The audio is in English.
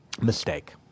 mistake